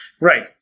Right